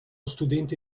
studente